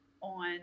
on